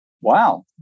wow